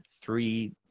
Three